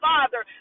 Father